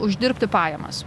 uždirbti pajamas